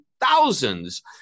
thousands